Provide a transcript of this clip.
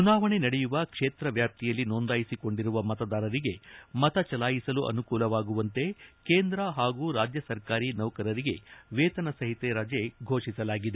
ಚುನಾವಣೆ ನಡೆಯುವ ಕ್ಷೇತ್ರ ವ್ಯಾಪ್ತಿಯಲ್ಲಿ ನೊಂದಾಯಿಸಿಕೊಂಡಿರುವ ಮತದಾರರಿಗೆ ಮತ ಚಲಾಯಿಸಲು ಅನುಕೂಲವಾಗುವಂತೆ ಕೇಂದ್ರ ಹಾಗೂ ರಾಜ್ಯ ಸರ್ಕಾರಿ ನೌಕರರಿಗೆ ವೇತನ ಸಹಿತ ರಜೆ ಘೋಷಿಸಲಾಗಿದೆ